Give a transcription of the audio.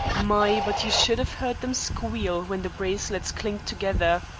my, but you should have heard them squeal when the bracelets clinked together.